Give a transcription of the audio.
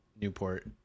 Newport